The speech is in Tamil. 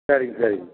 சரிங்க சரிங்க